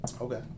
Okay